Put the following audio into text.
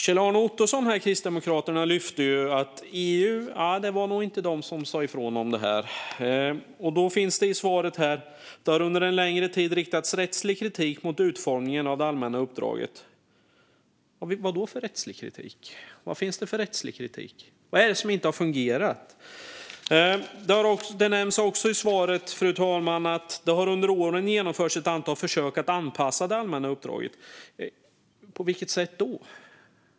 Kjell-Arne Ottosson från Kristdemokraterna lyfte upp att det inte var EU som sa ifrån om detta. I svaret sägs att det under en längre tid riktats rättslig kritik mot utformningen av det allmänna uppdraget. Vad var det för rättslig kritik? Vad är det som inte har fungerat? I svaret nämns också att det under åren har genomförts ett antal försök att anpassa det allmänna uppdraget. På vilket sätt då?